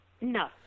no